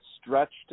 stretched